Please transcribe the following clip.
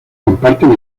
comparten